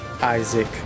Isaac